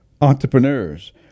entrepreneurs